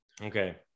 Okay